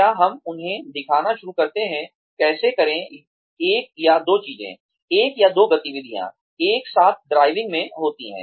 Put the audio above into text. क्या हम उन्हें दिखाना शुरू करते हैं कैसे करें एक या दो चीजें एक या दो गतिविधियां एक साथ ड्राइविंग में होती है